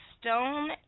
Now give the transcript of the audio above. stone